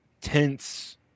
tense